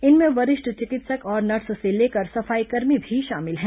इनमें वरिष्ठ चिकित्सक और नर्स से लेकर सफाईकर्मी भी शामिल हैं